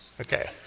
Okay